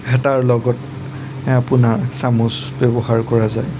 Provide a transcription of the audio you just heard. হেতাৰ লগত আপোনাৰ চামুচ ব্যৱহাৰ কৰা যায়